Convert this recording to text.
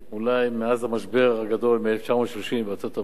אולי מאז המשבר הגדול ב-1930 בארצות-הברית,